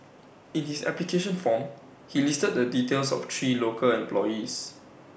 in his application form he listed the details of three local employees